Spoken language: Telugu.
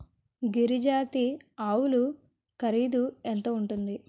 గిరి జాతి ఆవులు ఖరీదు ఎంత ఉంటుంది?